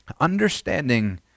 understanding